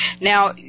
Now